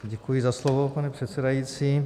Děkuji za slovo, pane předsedající.